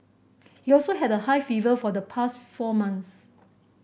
he also had a high fever for the past four months